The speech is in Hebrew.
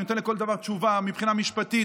אני נותן לכל דבר תשובה מבחינה משפטית,